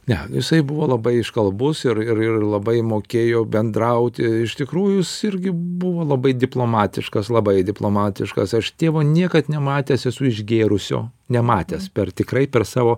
ne jisai buvo labai iškalbus ir ir labai mokėjo bendrauti iš tikrųjų jis irgi buvo labai diplomatiškas labai diplomatiškas aš tėvo niekad nematęs esu išgėrusio nematęs per tikrai per savo